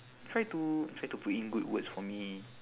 try to try to put in good words for me